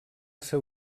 seu